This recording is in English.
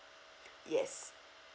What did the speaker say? yes